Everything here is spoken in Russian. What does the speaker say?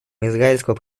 израильского